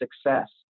success